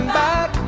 back